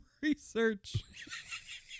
research